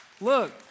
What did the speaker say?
look